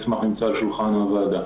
המסמך נמצא על שולחן הוועדה.